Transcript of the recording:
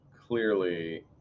clearly